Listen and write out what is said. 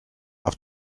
auf